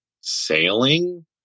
sailing